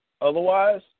Otherwise